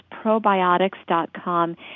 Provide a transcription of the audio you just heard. probiotics.com